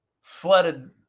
flooded